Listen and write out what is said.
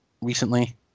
recently